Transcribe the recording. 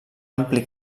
ampli